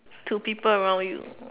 to people around you